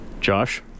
Josh